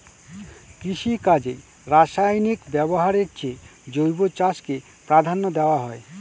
কৃষিকাজে রাসায়নিক ব্যবহারের চেয়ে জৈব চাষকে প্রাধান্য দেওয়া হয়